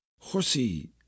horsey